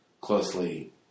closely